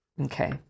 okay